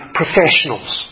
professionals